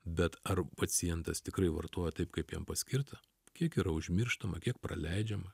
bet ar pacientas tikrai vartoja taip kaip jam paskirta kiek yra užmirštama kiek praleidžiama